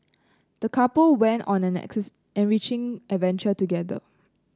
the couple went on an enriching adventure together